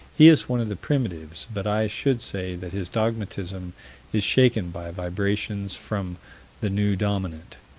he is one of the primitives, but i should say that his dogmatism is shaken by vibrations from the new dominant.